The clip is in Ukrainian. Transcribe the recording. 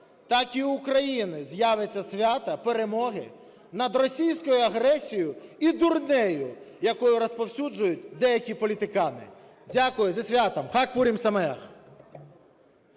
так і в Україні з'явиться свято перемоги над російською агресією і дурнею, яку розповсюджують деякі політикани. Дякую. Зі святом!